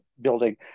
building